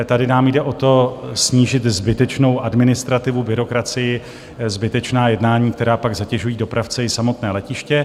Tady nám jde o to, snížit zbytečnou administrativu, byrokracii, zbytečná jednání, která pak zatěžují dopravce i samotné letiště.